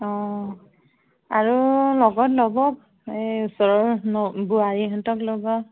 অঁ আৰু লগত ল'ব এই ওচৰৰ নৌ বোৱাৰীহঁতক ল'ব